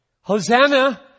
Hosanna